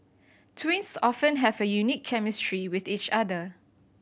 twins often have a unique chemistry with each other